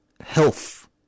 health